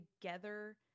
together